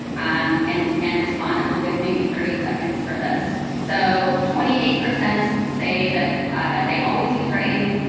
um and and respond, and we'll give maybe thirty seconds for this. so twenty eight percent say that they always use writing.